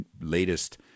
latest